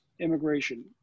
immigration